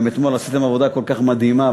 גם אתמול עשיתם עבודה כל כך מדהימה,